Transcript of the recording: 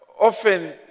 often